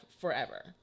forever